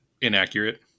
inaccurate